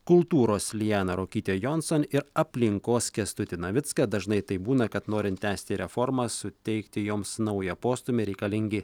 kultūros lianą ruokytę jonson ir aplinkos kęstutį navicką dažnai taip būna kad norint tęsti reformas suteikti joms naują postūmį reikalingi